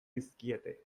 dizkiete